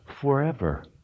forever